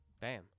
Bam